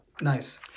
Nice